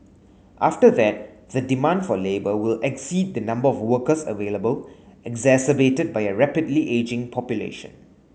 after that the demand for labour will exceed the number of workers available exacerbated by a rapidly ageing population